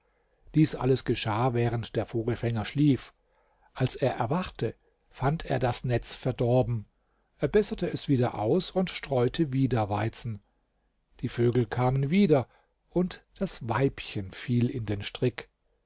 dies alles geschah während der vogelfänger schlief als er erwachte fand er das netz verdorben er besserte es wieder aus und streute wieder weizen die vögel kamen wieder und das weibchen fiel in den strick